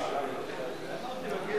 התשע"א 2011. נא להצביע.